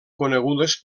conegudes